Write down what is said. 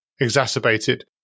exacerbated